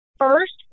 First